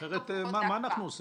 אחרת מה אנחנו עושים